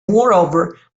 moreover